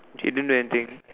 didn't do anything